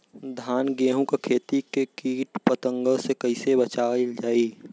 धान गेहूँक खेती के कीट पतंगों से कइसे बचावल जाए?